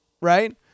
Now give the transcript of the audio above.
right